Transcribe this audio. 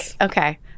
okay